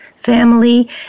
family